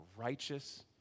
righteous